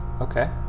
Okay